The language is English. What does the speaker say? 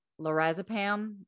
lorazepam